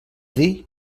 dir